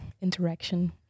interaction